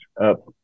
up